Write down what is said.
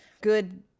good